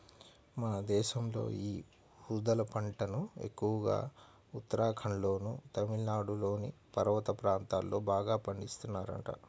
మన దేశంలో యీ ఊదల పంటను ఎక్కువగా ఉత్తరాఖండ్లోనూ, తమిళనాడులోని పర్వత ప్రాంతాల్లో బాగా పండిత్తన్నారంట